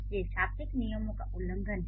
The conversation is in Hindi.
ये शाब्दिक नियमों का उल्लंघन हैं